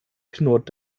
knurrt